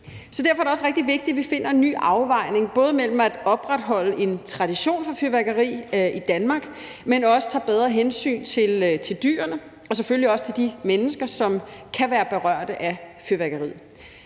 Så derfor er det også rigtig vigtigt, at vi finder en ny afvejning mellem både at opretholde en tradition med fyrværkeri i Danmark, men også at tage bedre hensyn til dyrene og selvfølgelig også til de mennesker, som kan være berørt af fyrværkeriet.